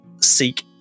seek